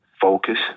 focus